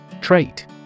Trait